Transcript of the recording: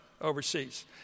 overseas